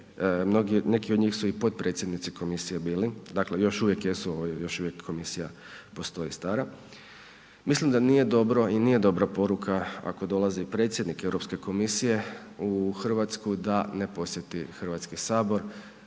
neki od njih su i potpredsjednici komisije bili, dakle još uvijek jesu, još uvijek komisija postoji stara, mislim da nije dobro i nije dobra poruka ako dolazi predsjednik Europske komisije u RH da ne posjeti HS, ne